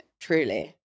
truly